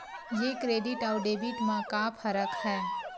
ये क्रेडिट आऊ डेबिट मा का फरक है?